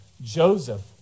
Joseph